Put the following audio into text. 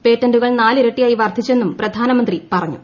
പേറ്റന്റുകൾ നാലിരട്ടിയായി വർധിച്ചെന്നും പ്രധാനമന്ത്രി പറഞ്ഞു